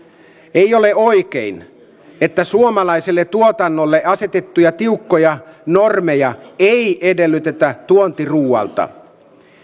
ei ole oikein että suomalaiselle tuotannolle asetettuja tiukkoja normeja ei edellytetä tuontiruualta